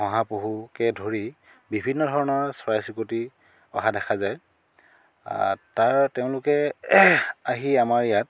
শহাপহুকে ধৰি বিভিন্ন ধৰণৰ চৰাই চিৰিকটি অহা দেখা যায় তাৰ তেওঁলোকে আহি আমাৰ ইয়াত